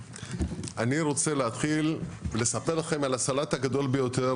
אני רוצה להתחיל לספר לכם על הסלט הגדול ביותר